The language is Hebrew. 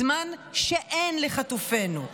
זמן שאין לחטופינו.